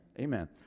Amen